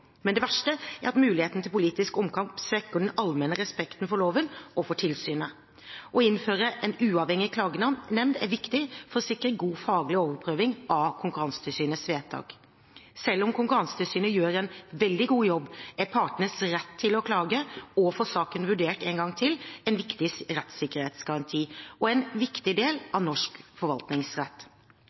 men det verste er at muligheten til politisk omkamp svekker den allmenne respekten for loven og for tilsynet. Å innføre en uavhengig klagenemnd er viktig for å sikre en god faglig overprøving av Konkurransetilsynets vedtak. Selv om Konkurransetilsynet gjør en veldig god jobb, er partenes rett til å klage og få saken vurdert en gang til en viktig rettssikkerhetsgaranti og en viktig del av norsk forvaltningsrett.